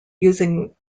using